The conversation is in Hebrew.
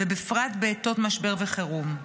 ובפרט בעיתות משבר וחירום.